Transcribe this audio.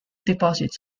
deposits